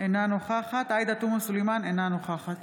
אינה נוכחת עאידה תומא סלימאן, אינה נוכחת